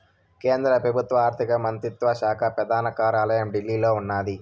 కేంద్ర పెబుత్వ ఆర్థిక మంత్రిత్వ శాక పెదాన కార్యాలయం ఢిల్లీలో ఉన్నాది